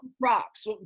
props